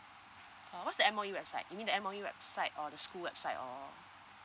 uh what's the M_O_E website you mean the M_O_E website or the school website or